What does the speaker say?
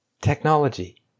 technology